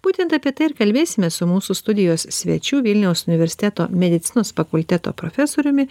būtent apie tai ir kalbėsime su mūsų studijos svečiu vilniaus universiteto medicinos fakulteto profesoriumi